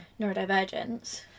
neurodivergence